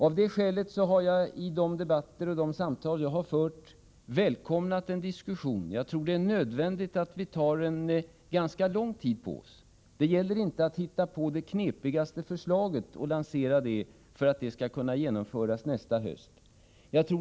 Av dessa skäl har jag i de debatter och de samtal som jag har fört välkomnat en diskussion. Jag tror att det är nödvändigt att vi tar ganska lång tid på oss. Det gäller inte att hitta på det knepigaste förslaget och sedan lansera det för att det skall kunna genomföras nästa höst.